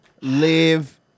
live